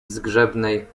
zgrzebnej